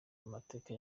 mateka